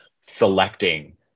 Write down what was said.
selecting